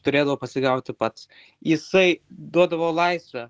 turėdavo pasigauti pats jisai duodavo laisvę